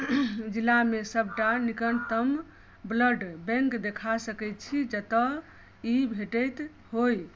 जिलामे सबटा निकटतम ब्लड बैंक देखा सकै छी जतए ई भेटैत होइ